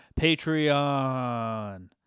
Patreon